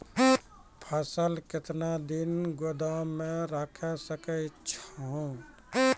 फसल केतना दिन गोदाम मे राखै सकै छौ?